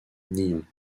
nyons